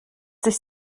sich